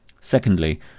Secondly